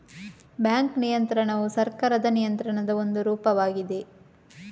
bank ನಿಯಂತ್ರಣವು ಸರ್ಕಾರದ ನಿಯಂತ್ರಣದ ಒಂದು ರೂಪವಾಗಿದೆ